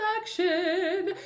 action